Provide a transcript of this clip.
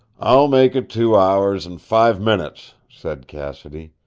i'll make it two hours and five minutes, said cassidy.